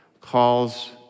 calls